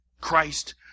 Christ